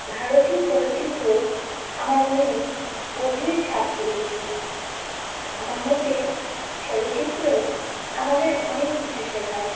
ভারতীয় চলচ্চিত্র আমার মনে গভীর ছাপ ফেলেছে আমার মতে চলচ্চিত্র আমাদের অনেক কিছু শেখায়